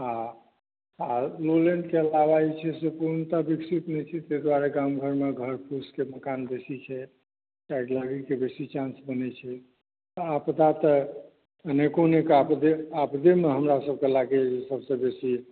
आ लोलैंडके अलावा जे छै से पूर्णतः विकसित नहि छै तहि दुआरे गाम घरमे घास फूसके मकान बेसी छै आगिलगीके बेसी चान्स बनैत छै आपदा तऽ अनेको अनेक आपदे आपदेमे हमरासभकेँ लागैया सभसे बेसी